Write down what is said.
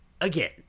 again